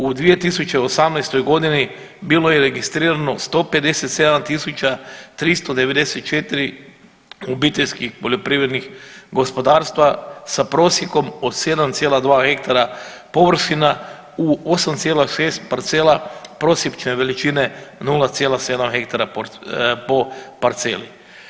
U 2018. godini bilo je registrirano 157.394 obiteljskih poljoprivrednih gospodarstva sa prosjekom od 7,2 hektara površina u 8,6 parcela prosječne veličine 0,7 hektara po parceli.